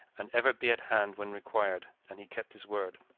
and ever be at hand when required and he kept his word.